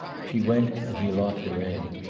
she went, and he locked her in.